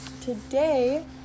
Today